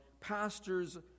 pastors